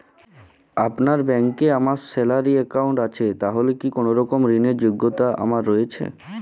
আপনার ব্যাংকে আমার স্যালারি অ্যাকাউন্ট আছে তাহলে কি কোনরকম ঋণ র যোগ্যতা আমার রয়েছে?